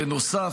בנוסף,